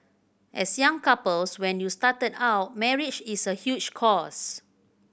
as young couples when you started out marriage is a huge cost